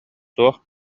суох